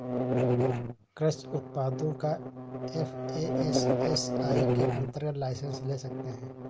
कृषि उत्पादों का एफ.ए.एस.एस.आई के अंतर्गत लाइसेंस ले सकते हैं